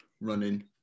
running